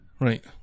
Right